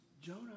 Jonah